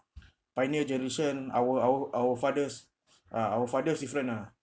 pioneer generation our our our fathers ah our fathers different ah